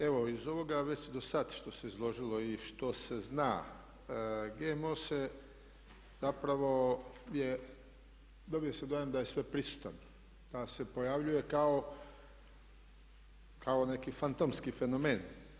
Evo iz ovoga već dosad što se izložilo i što se zna GMO se, zapravo dobija se dojam da je sveprisutan, da se pojavljuje kao neki fantomski fenomen.